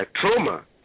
trauma